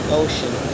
ocean